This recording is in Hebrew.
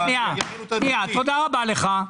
תודה רבה לך.